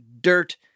dirt